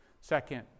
Second